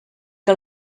que